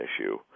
issue